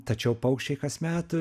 tačiau paukščiai kasmet